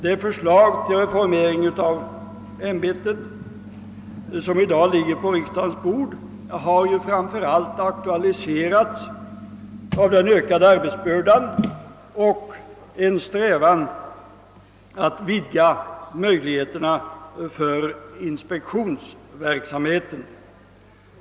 Det förslag till reformering av ämbetet, som i dag ligger på riksdagens bord, har ju framför allt aktualiserats av den ökade arbetsbördan och av en strävan att vidga möjligheterna för inspektionsverksamheten.